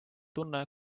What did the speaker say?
tunne